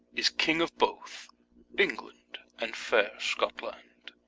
is king of both england and faire scotland.